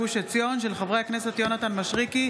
של חברי הכנסת יונתן מישרקי,